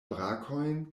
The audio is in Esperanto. brakojn